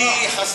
כן.